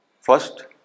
First